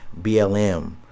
BLM